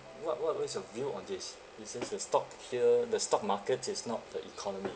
what what what's your view on this it seems the stock here the stock market is not the economy